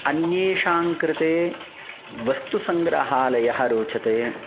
अन्येषाङ्कृते वस्तुसङ्ग्रहालयः रोचते